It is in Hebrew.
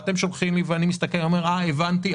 ואתם שולחים לי ואני מסתכל ואומר: הבנתי,